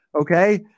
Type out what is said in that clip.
Okay